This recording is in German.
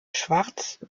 schwarz